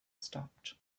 stopped